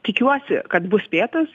tikiuosi kad bus spėtas